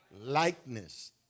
Likeness